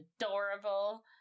adorable